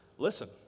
listen